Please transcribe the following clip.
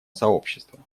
сообщества